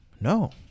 No